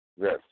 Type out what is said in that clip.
Yes